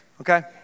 okay